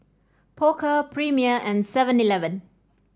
Pokka Premier and Seven Eleven